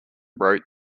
wrote